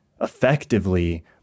effectively